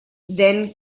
then